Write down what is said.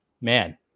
Man